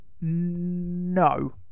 no